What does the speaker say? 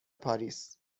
پاریس